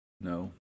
No